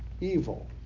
evil